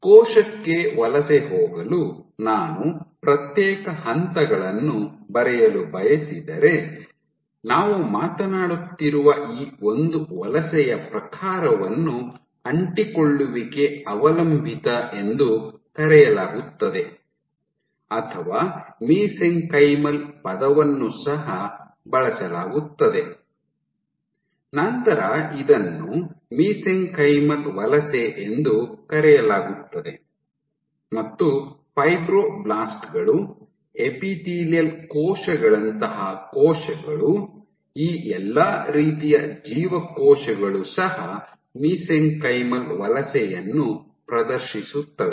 ಕೋಶಕ್ಕೆ ವಲಸೆ ಹೋಗಲು ನಾನು ಪ್ರತ್ಯೇಕ ಹಂತಗಳನ್ನು ಬರೆಯಲು ಬಯಸಿದರೆ ನಾವು ಮಾತನಾಡುತ್ತಿರುವ ಈ ಒಂದು ವಲಸೆಯ ಪ್ರಕಾರವನ್ನು ಅಂಟಿಕೊಳ್ಳುವಿಕೆ ಅವಲಂಬಿತ ಎಂದು ಕರೆಯಲಾಗುತ್ತದೆ ಅಥವಾ ಮಿಸೆಂಕೈಮಲ್ ಪದವನ್ನು ಸಹ ಬಳಸಲಾಗುತ್ತದೆ ನಂತರ ಇದನ್ನು ಮಿಸೆಂಕೈಮಲ್ ವಲಸೆ ಎಂದು ಕರೆಯಲಾಗುತ್ತದೆ ಮತ್ತು ಫೈಬ್ರೊಬ್ಲಾಸ್ಟ್ ಗಳು ಎಪಿಥೇಲಿಯಲ್ ಕೋಶಗಳಂತಹ ಕೋಶಗಳು ಈ ಎಲ್ಲಾ ರೀತಿಯ ಜೀವಕೋಶಗಳು ಸಹ ಮಿಸೆಂಕೈಮಲ್ ವಲಸೆಯನ್ನು ಪ್ರದರ್ಶಿಸುತ್ತವೆ